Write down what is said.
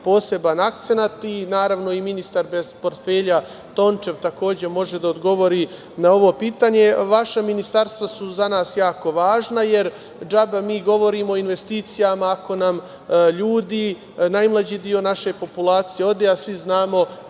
poseban akcenat? Naravno, i ministar bez portfelja Tončev takođe može da odgovori na ovo pitanje. Vaša ministarstva su za nas jako važna, jer džaba mi govorimo o investicijama ako nam ljudi, najmlađi deo naše populacije ode. Svi znamo